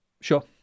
Sure